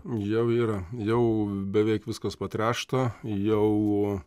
jau yra jau beveik viskas patręšta jau